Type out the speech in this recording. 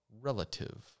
relative